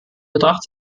betracht